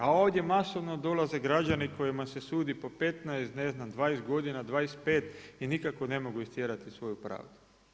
A ovdje masovno dolaze građani kojima se sudi po 15, ne znam 20, 25 i nikako ne mogu istjerati svoju pravdu.